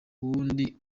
ubundi